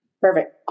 Perfect